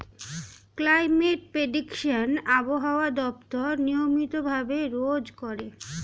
climate prediction আবহাওয়া দপ্তর নিয়মিত ভাবে রোজ করে